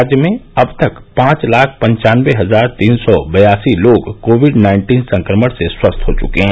राज्य में अब तक पांच लाख पन्चानबे हजार तीन सौ बयासी लोग कोविड नाइन्टीन संक्रमण से स्वस्थ हो चुके हैं